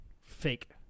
fake